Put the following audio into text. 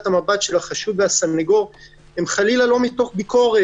המבט של החשוד והסנגור הם חלילה לא מתוך ביקורת,